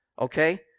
Okay